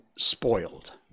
spoiled